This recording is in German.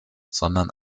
sondern